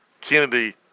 Kennedy